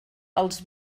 els